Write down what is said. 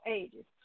ages